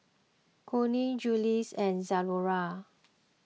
Cornell Julie's and Zalora